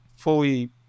fully